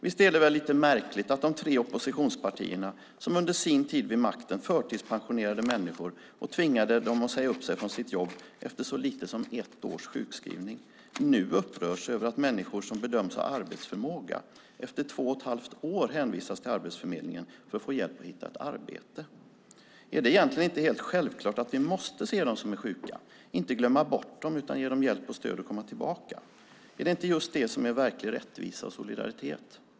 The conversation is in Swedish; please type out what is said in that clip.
Visst är det lite märkligt att de tre oppositionspartierna, som under sin tid vid makten förtidspensionerade människor och tvingade dem att säga upp sig från sitt jobb efter så lite som ett års sjukskrivning, nu upprörs över att människor som bedöms ha arbetsförmåga efter två och ett halvt år hänvisas till Arbetsförmedlingen för att få hjälp att hitta ett arbete. Är det egentligen inte helt självklart att vi måste se dem som är sjuka, inte glömma bort dem, utan ge dem stöd och hjälp att komma tillbaka? Är det inte just det som är verklig rättvisa och solidaritet?